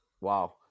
Wow